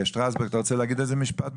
שטרסברג אתה רוצה להגיד איזה משפט בניחותא?